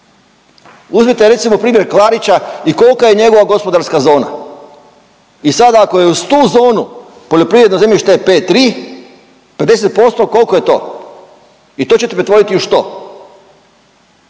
Uzmite recimo primjer Klarića i kolka je njegova gospodarska zona i sada ako je uz tu zonu poljoprivredno zemljište P3 50% kolko je to i to ćete pretvoriti u što?